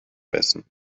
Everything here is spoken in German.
essen